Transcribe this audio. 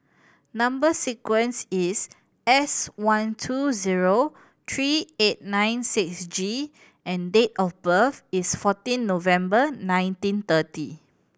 number sequence is S one two zero three eight nine six G and date of birth is fourteen November nineteen thirty